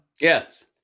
yes